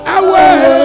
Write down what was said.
away